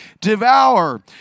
devour